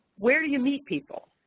where do you meet people?